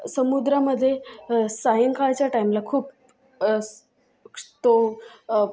समुद्रामध्ये सायंकाळच्या टाईमला खूप तो